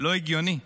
לא הגיוני.